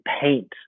paint